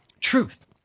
truth